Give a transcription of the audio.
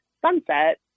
sunset